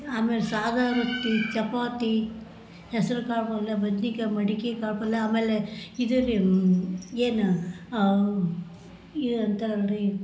ಆಮೇಲೆ ಸಾದಾ ರೊಟ್ಟಿ ಚಪಾತಿ ಹೆಸರು ಕಾಳು ಪಲ್ಯ ಬದ್ನೆಕಾಯ್ ಮಡಿಕೆಕಾಳು ಪಲ್ಯ ಆಮೇಲೆ ಇದು ರೀ ಏನು ಏನು ಅಂತಾರಲ್ಲ ರೀ